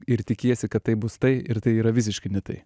ir tikiesi kad taip bus tai ir tai yra visiškai ne tai